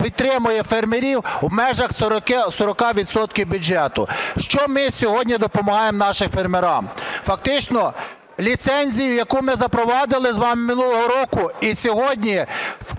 підтримує фермерів у межах 40 відсотків бюджету. Що ми сьогодні допомагаємо нашим фермерам? Фактично ліцензію, яку ми запровадили з вами минулого року, і сьогодні